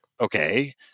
Okay